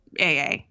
AA